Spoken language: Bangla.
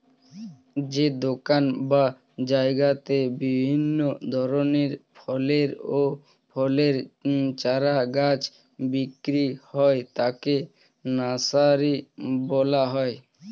যে দোকান বা জায়গাতে বিভিন্ন ধরনের ফলের ও ফুলের চারা গাছ বিক্রি হয় তাকে নার্সারি বলা হয়